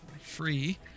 free